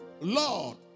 Lord